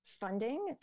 funding